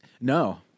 No